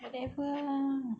whatever lah